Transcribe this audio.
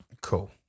cool